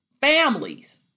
families